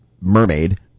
mermaid